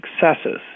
successes